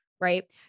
right